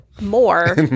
more